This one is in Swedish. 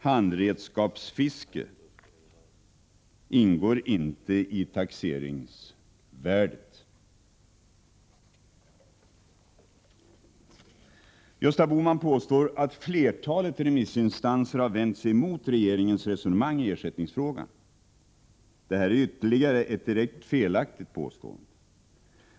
Handredskapsfisket ingår inte i taxeringsvärdet. Gösta Bohman påstår att flertalet remissinstanser har vänt sig mot regeringens resonemang i ersättningsfrågan. Detta är ytterligare ett direkt felaktigt påstående.